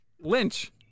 Lynch